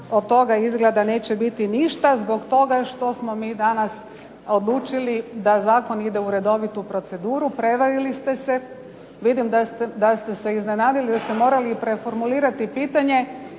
od toga izgleda neće biti ništa zbog toga što smo mi danas odlučili da Zakon ide u redovitu proceduru, prevarili ste se. Vidim da ste se iznenadili, da ste morali preformulirati pitanje